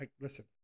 Listen